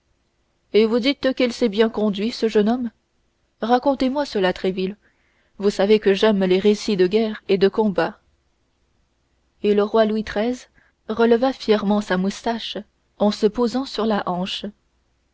et vous dites qu'il s'est bien conduit ce jeune homme racontez-moi cela tréville vous savez que j'aime les récits de guerre et de combat et le roi louis xiii releva fièrement sa moustache en se posant sur la hanche